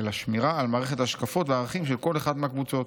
אלא שמירה על מערכת ההשקפות והערכים של כל אחת מהקבוצות.